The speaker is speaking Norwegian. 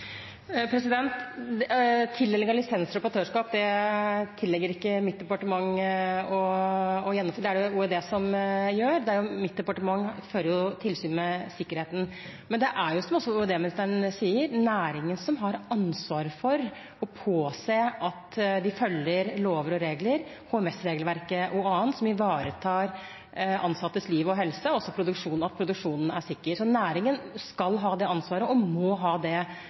Tildeling av lisenser og operatørskap tilligger ikke mitt departement å gjennomføre, det er det Olje- og energidepartementet som gjør. Mitt departement fører tilsyn med sikkerheten. Men det er – som også olje- og energiministeren sier – næringen som har ansvar for å påse at de følger lover og regler, HMS-regelverket og annet, som ivaretar ansattes liv og helse, og at produksjonen er sikker. Så næringen skal ha det ansvaret, og må ha det